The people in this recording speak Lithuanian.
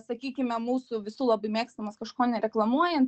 sakykime mūsų visų labai mėgstamas kažko nereklamuojant